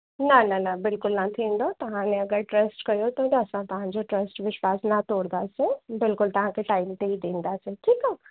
न न न बिल्कुलु न थींदो ताने अगरि ट्रस्ट कयो तां त असां तव्हांजे ट्रस्ट विश्वासु न तोड़िंदासीं बिल्कुलु तव्हांखे टाइम ते ई ॾींदासीं ठीकु आहे